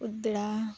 ᱩᱫᱽᱲᱟ